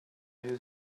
users